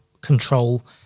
control